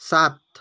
सात